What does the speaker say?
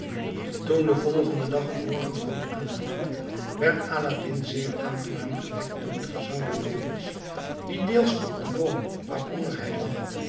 toen den volgenden dag het morgenrood aanbrak werd aladdin zeer aangenaam gewekt door het gezang der vogels die deels op den boom waaronder hij lag